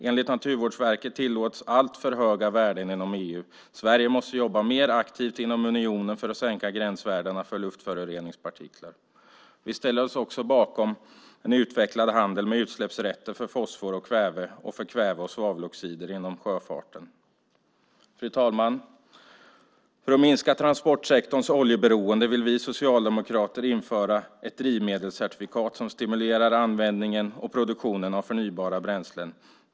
Enligt Naturvårdsverket tillåts alltför höga värden inom EU. Sverige måste jobba mer aktivt inom unionen för att sänka gränsvärdena för luftföroreningspartiklar. Vi ställer oss också bakom en utvecklad handel med utsläppsrätter för fosfor och kväve och för kväve och svaveloxider inom sjöfarten. Fru talman! För att minska transportsektorns oljeberoende vill vi socialdemokrater införa ett drivmedelscertifikat som stimulerar användningen och produktionen av förnybara bränslen.